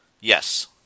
Yes